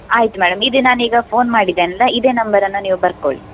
ಆಯ್ತು ಮೇಡಮ್ ಇದು ನಾನೀಗ ಫೋನ್ ಮಾಡಿದೇನಲ್ಲ ಇದೇ ನಂಬರನ್ನು ನೀವು ಬರ್ಕೊಳಿ